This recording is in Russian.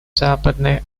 западной